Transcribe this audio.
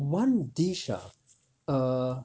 one dish ah err